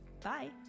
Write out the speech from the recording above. bye